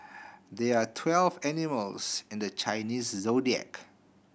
there are twelve animals in the Chinese Zodiac